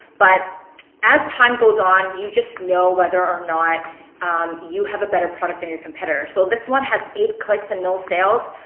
but as time goes on, you just know whether or not you have a better product than your competitors. so this one has eight clicks and no sales.